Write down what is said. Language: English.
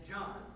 John